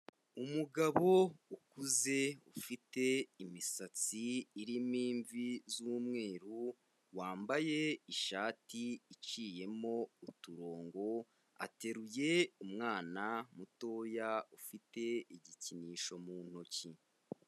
Umugabo ukuze ufite imisatsi irimo imvi z'umweru, wambaye ishati iciyemo uturongo, ateruye umwana mutoya ufite igikinisho mu ntoki.